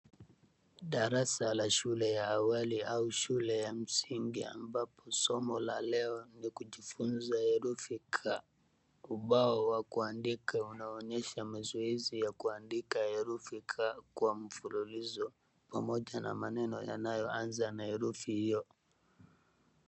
Darasa la shule ya awali au shule ya msingi ambapo somo la leo ni kujifunza herufi 'k'. Ubao wa kuandika unaonyesha mazoezi ya kuandika herufi 'k' kwa mfululizo pamoja na maneno yanayoanza na herufi hiyo.